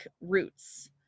roots